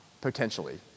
potentially